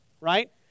right